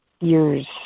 years